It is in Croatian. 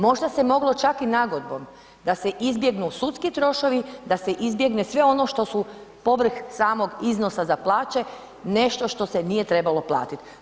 Možda se moglo čak i nagodbom, da se izbjegnu sudski troškovi, da se izbjegne sve ono što su povrh samog iznosa za plaće, nešto što se nije trebalo platiti.